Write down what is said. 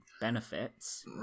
benefits